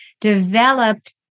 developed